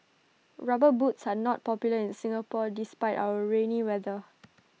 rubber boots are not popular in Singapore despite our rainy weather